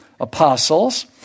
Apostles